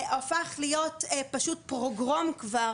זה הפך להיות פשוט פוגרום כבר,